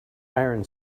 iron